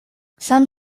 some